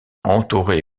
entouré